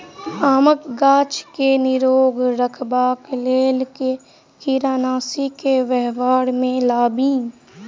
आमक गाछ केँ निरोग रखबाक लेल केँ कीड़ानासी केँ व्यवहार मे लाबी?